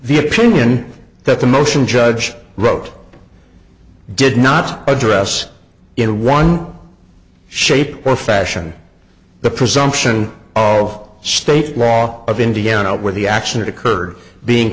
the opinion that the motion judge wrote did not address in one shape or fashion the presumption oh state law of indiana where the action occurred being